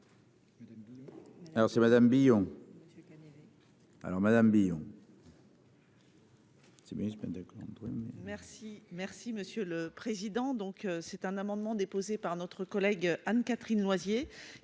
public. Madame Billon. Merci Monsieur le Président. Cet amendement déposé par nos collègues. Anne-Catherine Loisier